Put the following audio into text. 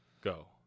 go